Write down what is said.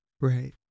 Right